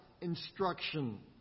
instruction